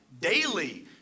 daily